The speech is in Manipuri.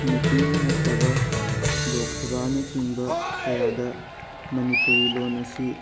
ꯃꯤꯇꯤꯡ ꯅꯠꯇ꯭ꯔꯒ ꯂꯣꯛ ꯁꯥꯕꯥꯅꯆꯤꯡꯕ ꯀꯌꯥꯗ ꯃꯅꯤꯄꯨꯔꯤ ꯂꯣꯟ ꯑꯁꯤ